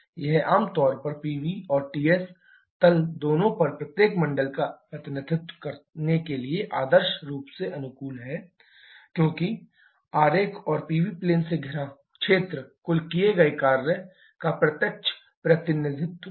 यह आम तौर पर Pv और Ts तल दोनों पर प्रत्येक मंडल का प्रतिनिधित्व करने के लिए आदर्श रूप से अनुकूल है क्योंकि आरेख और Pv प्लेन से घिरा क्षेत्र कुल किए गए कार्य का प्रत्यक्ष प्रतिनिधित्व है